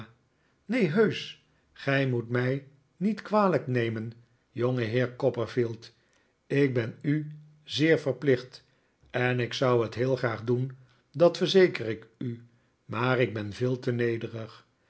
neen heusch gij moet mij niet kwalijk nemen jongeheer copperfield ik ben u zeer verplicht en ik zou het heel graag doen dat verzeker ik u maar ik ben veel te nederig